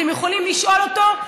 אתם יכולים לשאול אותו.